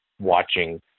watching